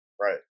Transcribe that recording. Right